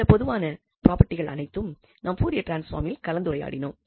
இந்த பொதுவான ப்ராபெர்ட்டிகள் அனைத்தையும் நாம் பூரியர் டிரான்ஸ்பாமில் கலந்துரையாடினோம்